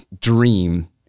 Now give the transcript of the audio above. dream